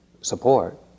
support